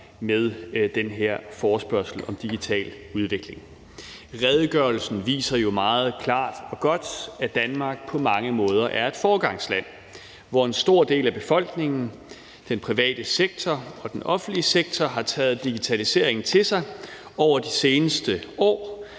med den her forespørgsel om digital udvikling. Redegørelsen viser jo meget klart og godt, at Danmark på mange måder er et foregangsland, hvor en stor del af befolkningen, den private sektor og den offentlige sektor har taget digitaliseringen til sig over de seneste år,